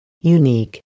Unique